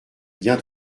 bien